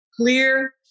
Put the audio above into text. clear